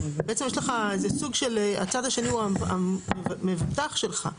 בעצם הצד השני הוא המבוטח שלך,